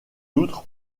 outre